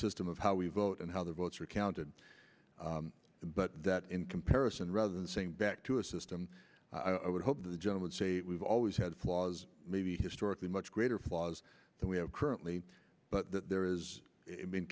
system of how we vote and how their votes are counted but that in comparison rather than saying back to a system i would hope the gentleman say we've always had flaws maybe historically much greater flaws than we have currently but there is be